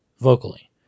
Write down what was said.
vocally